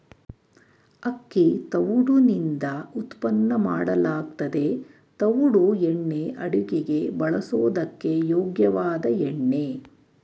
ಅಕ್ಕಿ ತವುಡುನಿಂದ ಉತ್ಪನ್ನ ಮಾಡಲಾಗ್ತದೆ ತವುಡು ಎಣ್ಣೆ ಅಡುಗೆಗೆ ಬಳಸೋದಕ್ಕೆ ಯೋಗ್ಯವಾದ ಎಣ್ಣೆ